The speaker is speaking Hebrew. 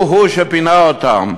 הוא-הוא שפינה אותן.